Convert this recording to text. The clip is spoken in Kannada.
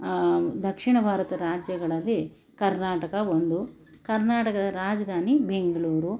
ದಕ್ಷಿಣ ಭಾರತ ರಾಜ್ಯಗಳಲ್ಲಿ ಕರ್ನಾಟಕ ಒಂದು ಕರ್ನಾಟಕದ ರಾಜಧಾನಿ ಬೆಂಗಳೂರು